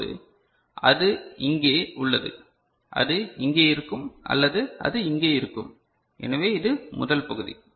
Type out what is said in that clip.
இப்போது அது இங்கே உள்ளது அது இங்கே இருக்கும் அல்லது அது இங்கே இருக்கும் எனவே அது முதல் பகுதி